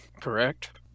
correct